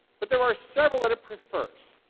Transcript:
but there are several that it prefers.